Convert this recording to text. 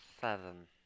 Seven